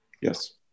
Yes